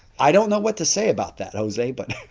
i don't know what to say about that, jose, but.